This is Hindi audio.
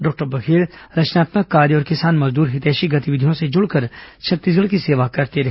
डॉक्टर बघेल रचनात्मक कार्य और किसान मजदूर हितैषी गतिविधियों से जुड़कर छत्तीसगढ़ की सेवा करते रहे